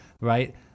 Right